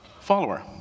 follower